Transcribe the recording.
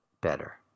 better